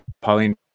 Pauline